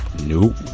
Nope